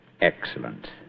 Excellent